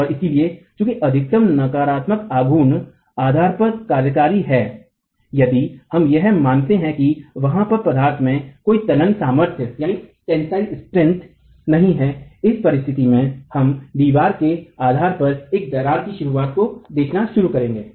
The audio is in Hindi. और इसलिए चुकी अधिकतम नकारात्मक आघूर्ण आधार पर कार्यकारी है यदि हम यह मानते है की वहाँ पर पदार्थ में कोई तनन सामर्थ नहीं है इस परिस्तिथि में हमें दीवार के आधार पर ही दरार की शुरुआत को देखना शुरू करेंगे